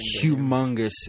humongous